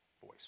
voice